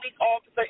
officer